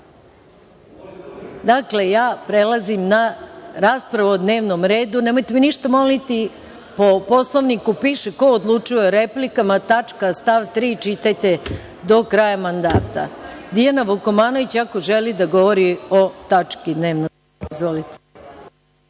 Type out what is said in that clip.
novo. Dakle, ja prelazim na raspravu o dnevnom redu, nemojte me ništa moliti, po Poslovniku piše ko odlučuje o replikama tačka, stav 3. čitajte do kraja mandata. Dijana Vukomanović, ako želi da govori o tački dnevnog reda. Izvolite.